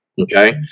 Okay